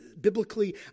biblically